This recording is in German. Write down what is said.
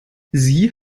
sie